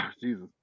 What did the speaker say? Jesus